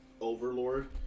Overlord